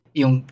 yung